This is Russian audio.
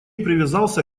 привязался